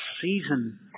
season